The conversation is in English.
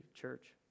church